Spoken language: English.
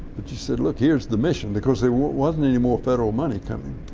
but you said look here's the mission because there wasn't any more federal money coming,